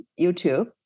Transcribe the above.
YouTube